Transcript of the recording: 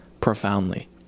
profoundly